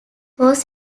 was